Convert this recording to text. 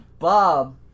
Bob